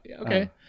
Okay